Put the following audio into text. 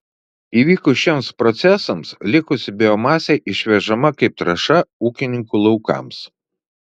įvykus šiems procesams likusi biomasė išvežama kaip trąša ūkininkų laukams